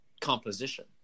composition